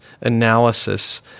analysis